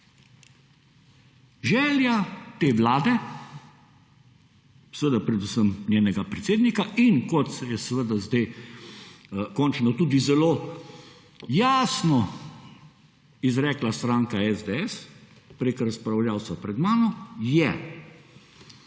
Želja te Vlade, seveda predvsem njenega predsednik in kot se je seveda zdaj končno tudi zelo jasno izrekla stranka SDS, preko razpravljavcev pred mano, je